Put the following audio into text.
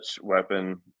weapon